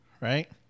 right